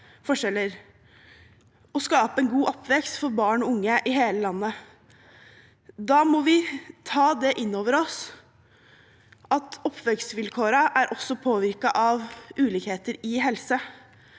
og skape en god oppvekst for barn og unge i hele landet. Da må vi ta inn over oss at oppvekstvilkårene også er påvirket av ulikheter i helse.